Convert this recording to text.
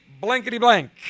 blankety-blank